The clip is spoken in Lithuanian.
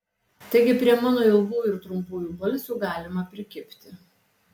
taigi prie mano ilgųjų ir trumpųjų balsių galima prikibti